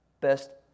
best